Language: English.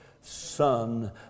son